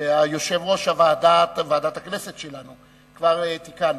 ויושב-ראש ועדת הכנסת שלנו כבר תיקנו: